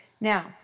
Now